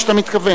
מה שאתה מתכוון?